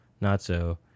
not-so